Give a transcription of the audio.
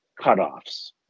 cutoffs